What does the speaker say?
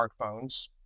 smartphones